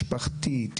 משפחתית,